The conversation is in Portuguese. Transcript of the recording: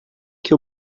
que